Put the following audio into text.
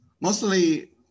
mostly